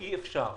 אי אפשר.